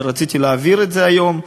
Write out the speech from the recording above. ורציתי להבהיר את זה היום,